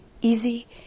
easy